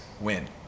win